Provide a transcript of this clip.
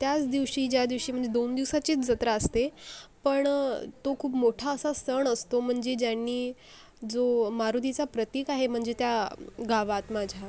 त्याच दिवशी ज्यादिवशी म्हण दोन दिवसांचीच जत्रा असते पण तो खूप मोठा असा सण असतो म्हणजे ज्यांनी जो मारुतीचा प्रतीक आहे म्हणजे त्या गावात माझ्या